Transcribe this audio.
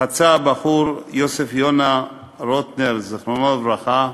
חצה הבחור יוסף יונה רוטנר, זיכרונו לברכה,